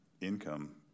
income